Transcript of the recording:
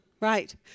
right